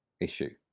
issue